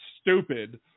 stupid